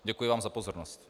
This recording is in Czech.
Děkuji vám za pozornost.